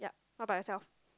not by yourself